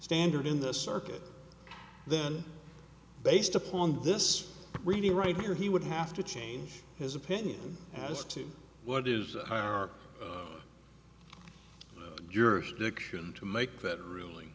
standard in the circuit then based upon this reading right here he would have to change his opinion as to what is the higher our jurisdiction to make that really